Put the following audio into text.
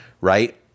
right